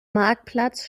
marktplatz